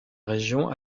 région